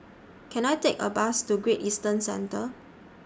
Can I Take A Bus to Great Eastern Centre